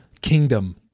kingdom